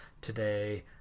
today